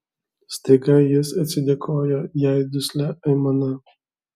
staiga jis atsidėkojo jai duslia aimana